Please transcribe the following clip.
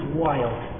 wild